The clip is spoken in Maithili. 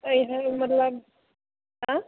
एहि मतलब आँ